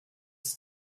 ist